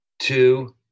two